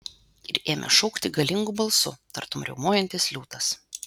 ir ėmė šaukti galingu balsu tartum riaumojantis liūtas